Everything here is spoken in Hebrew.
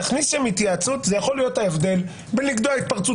תכניס שם התייעצות זה יכול להיות ההבדל בין לקטוע התפרצות